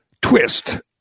twist